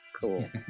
cool